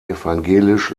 evangelisch